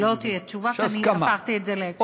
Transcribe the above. לא תהיה תשובה כי אני הפכתי את זה, יש הסכמה.